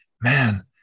Man